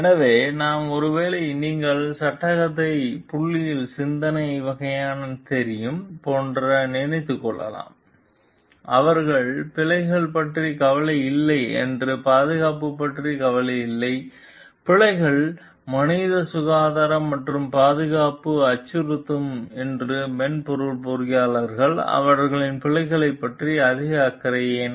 எனவேநாம் ஒருவேளை நீங்கள் சங்கடத்தை புள்ளியில் சிந்தனை வகையான தெரியும் போன்ற நினைத்து இருக்கலாம் அவர்கள் பிழைகள் பற்றி கவலை இல்லை என்று பாதுகாப்பு பற்றி கவலை இல்லை பிழைகள் மனித சுகாதார மற்றும் பாதுகாப்பு அச்சுறுத்தும் என்று மென்பொருள் பொறியாளர்கள் அவர்கள் பிழைகள் பற்றி அதிக அக்கறை ஏன்